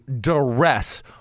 duress